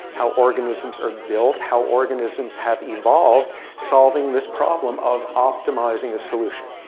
how organisms are built, how organisms have evolved solving this problem of optimizing the solution.